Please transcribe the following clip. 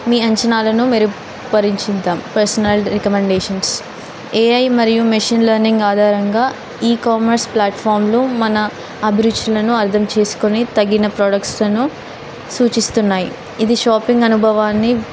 మీ అంచనాలను మెరుగుపరించతాం personal recommendations AI మరియు మెషన్ లెర్నింగ్ ఆధారంగా ఈ కామర్స్ ప్లాట్ఫామ్లో మన అభిరుచులను అర్థం చేసుకుని తగిన ప్రొడక్ట్స్లను సూచిస్తున్నాయి ఇది షాపింగ్ అనుభవాన్ని